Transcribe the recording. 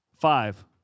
Five